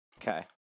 okay